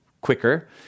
quicker